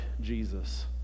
Jesus